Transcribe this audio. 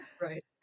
Right